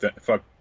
fuck